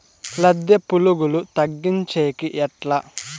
లద్దె పులుగులు తగ్గించేకి ఎట్లా?